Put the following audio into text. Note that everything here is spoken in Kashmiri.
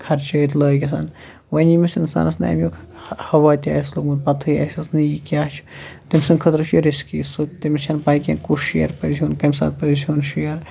خرچٲوِتھ لٲگِتھ وۅنۍ ییٚمِس اِنسانَس نہٕ امیُک ہوا تہِ آسہِ لوٚگمُٹ پَتہٕ ہٕے آسٮ۪س نہٕ یہِ کیٛاہ چھُ تٔمۍ سٔنٛد خٲطرٕ چھُ یہِ رِسکی سٔہ تٔمِس چھَنہٕ پےَ کیٚنٛہہ کُس شِیر پَزِ ہیوٚن کَمہِ ساتہٕ پَزِ ہیوٚن شِیر